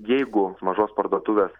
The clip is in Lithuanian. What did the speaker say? jeigu mažos parduotuvės